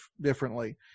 differently